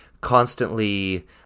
constantly